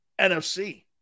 NFC